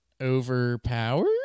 overpowered